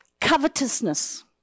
Covetousness